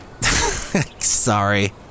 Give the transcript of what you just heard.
sorry